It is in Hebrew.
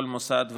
כל מוסד ומוסד.